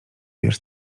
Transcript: wiesz